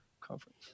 conference